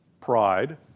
Pride